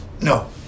No